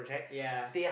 ya